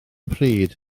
pryd